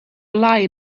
lai